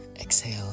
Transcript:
Exhale